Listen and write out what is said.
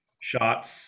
shots